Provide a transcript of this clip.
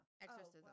exorcism